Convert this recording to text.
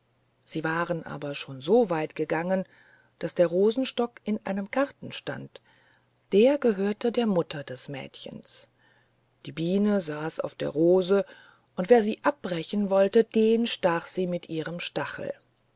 sie waren aber schon so weit gegangen daß der rosenstock in einem garten stand der gehörte der mutter des mädchens die biene saß auf der rose und wer sie abbrechen wollte den stach sie mit ihrem stachel